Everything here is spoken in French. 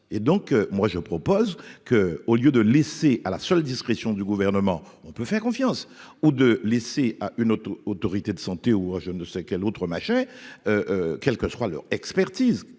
et donc moi je propose que, au lieu de laisser à la seule discrétion du gouvernement, on peut faire confiance ou de laisser à une autre autorité de santé ou je ne sais quel autre machin, quelle que soit leur expertise